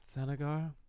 Senegar